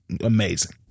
amazing